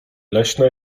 leśna